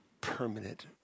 permanent